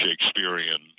shakespearean